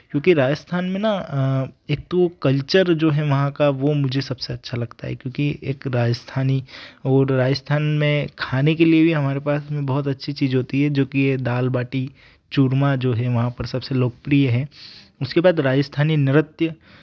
क्योंकि राजस्थान में ना एक तो कल्चर जो है वहाँ का वो मुझे सबसे अच्छा लगता है क्योंकि एक राजस्थानी और राजस्थान में खाने के लिए भी हमारे पास में बहुत अच्छी चीज होती है जो कि यह दाल बाटी चूरमा जो है वहाँ पर सबसे लोकप्रिय है उसके बाद राजस्थानी नृत्य